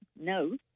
No